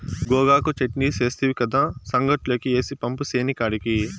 గోగాకు చెట్నీ సేస్తివి కదా, సంగట్లోకి ఏసి పంపు సేనికాడికి